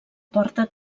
porta